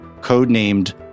codenamed